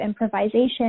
improvisation